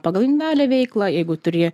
pagal individualią veiklą jeigu turi